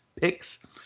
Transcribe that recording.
picks